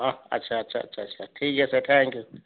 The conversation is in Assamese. অঁহ আছা আচ্ছা আচ্ছা আচ্ছা ঠিক আছে থেংক ইউ